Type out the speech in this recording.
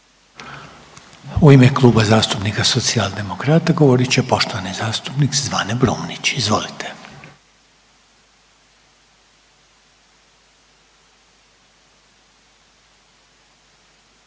U ime Kluba zastupnika Socijaldemokrata govorit će poštovani zastupnik Zvane Brumnić. Izvolite.